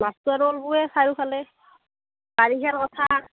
মাছটো আৰু ওলবয়ে চাৰিওফালে বাৰিষাৰ কথা